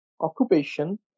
occupation